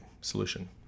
solution